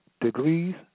Degrees